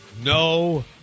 No